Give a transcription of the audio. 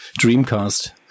dreamcast